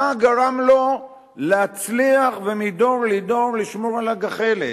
מה גרם לו להצליח ומדור לדור לשמור על הגחלת?